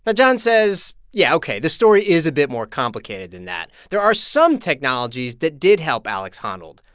but john says, yeah, ok, this story is a bit more complicated than that. there are some technologies that did help alex honnold.